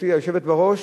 גברתי היושבת בראש,